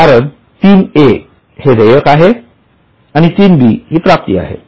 कारण 3 A हे देयक आहे आणि 3 B हि प्राप्ती आहे